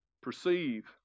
perceive